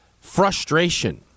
frustration